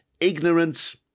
ignorance